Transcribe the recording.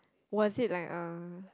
was it like uh